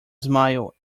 smile